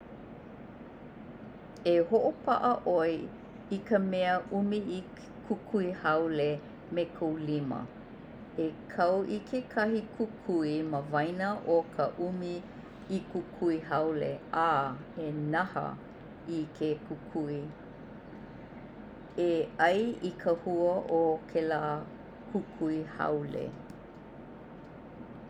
E h'opa'a 'oe i ka mea umi'ikukui haole me kou lima. E kau i kekahi kukui mawaena o ka umi'ikukui haole a e nahā i ke kukui. E 'ai i ka hua o kēlā kukui haole.